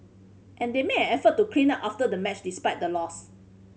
and they made effort to clean up after the match despite the loss